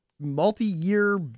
multi-year